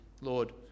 Lord